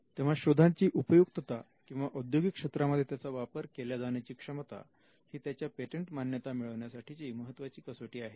तेव्हा शोधाची उपयुक्तता किंवा औद्योगिक क्षेत्रामध्ये त्याचा वापर केला जाण्याची क्षमता ही त्याच्या पेटंट मान्यता मिळवण्यासाठी ची महत्वाची कसोटी आहे